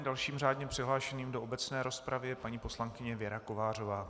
Dalším řádně přihlášeným do obecné rozpravy je paní poslankyně Věra Kovářová.